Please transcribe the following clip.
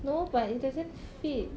no but it doesn't fit